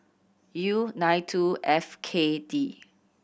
U nine two F K D